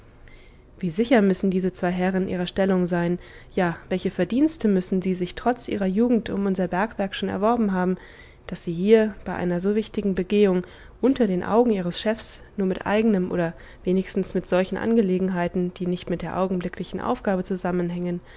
wie sicher müssen diese zwei herren ihrer stellung sein ja welche verdienste müssen sie sich trotz ihrer jugend um unser bergwerk schon erworben haben daß sie hier bei einer so wichtigen begehung unter den augen ihres chefs nur mit eigenen oder wenigstens mit solchen angelegenheiten die nicht mit der augenblicklichen aufgabe zusammenhängen